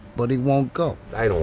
but he won't go i don't